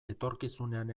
etorkizunean